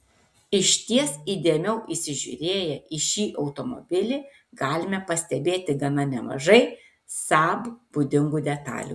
išties įdėmiau įsižiūrėję į šį automobilį galime pastebėti gana nemažai saab būdingų detalių